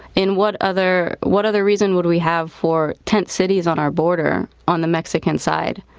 and what other what other reason would we have for tent cities on our border on the mexican side?